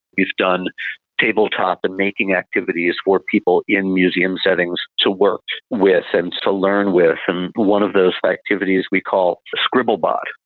we've done tabletop and making activities for people in museum settings to work with and to learn with, and one of those activities we call scribble bot,